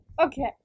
okay